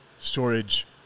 storage